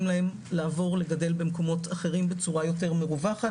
להם לעבור לגדל במקומות אחרים בצורה יותר מרווחת.